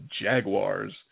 Jaguars